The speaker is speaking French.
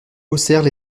haussèrent